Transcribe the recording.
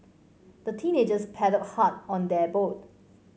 the teenagers paddled hard on their boat